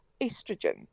estrogen